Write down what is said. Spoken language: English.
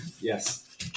yes